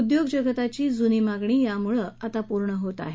उद्योग जगताची जुनी मागणी यामुळे आता पूर्ण होत आहे